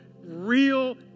real